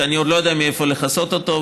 שאני עוד לא יודע מאיפה לכסות אותו,